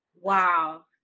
Wow